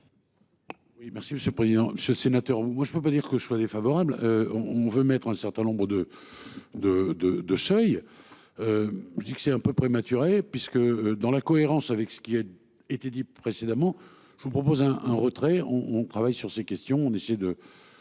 Oui, merci Monsieur le Président, ce sénateur. Moi je ne peux pas dire que je sois défavorable. On veut mettre un certain nombre de de de de seuil. Je dis que c'est un peu prématuré, puisque dans la cohérence avec ce qui a été dit précédemment, je vous propose un, un retrait on on travaille sur ces questions, on essaie de.